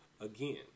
again